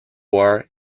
war